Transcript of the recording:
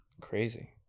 Crazy